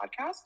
podcast